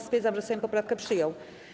Stwierdzam, że Sejm poprawkę przyjął.